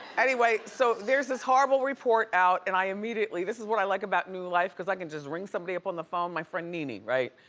anyway, so there's this horrible report out and i immediately, this is what i like about new life cause i can just ring somebody up on the phone, my friend, nene, right?